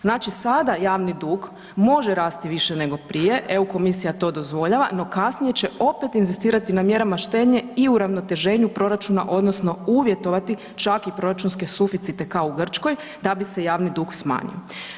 Znači, sada javni dug može rasti više nego prije, EU komisija to dozvoljava, no kasnije će opet inzistirati na mjerama štednje i uravnoteženju proračuna odnosno uvjetovati čak i proračunske suficite kao u Grčkoj da bi se javni dug smanjio.